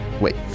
Wait